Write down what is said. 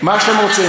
מה שרוצים.